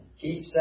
Keep